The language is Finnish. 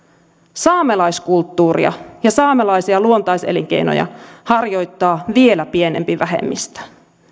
saamelaiskulttuuria ja saamelaisia luontaiselinkeinoja harjoittaa vielä pienempi vähemmistö